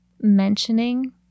mentioning